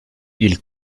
ils